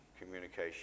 communication